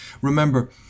Remember